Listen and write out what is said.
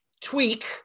tweak